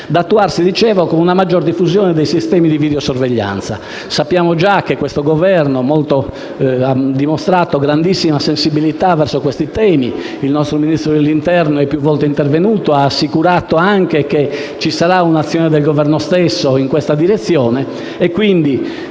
gravissimi - anche con una maggiore diffusione dei sistemi di videosorveglianza. Sappiamo che questo Governo ha dimostrato grandissima sensibilità verso questi temi. Il nostro Ministro dell'interno è più volte intervenuto e ha assicurato che ci sarà un'azione del Governo in questa direzione.